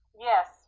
Yes